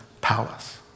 palace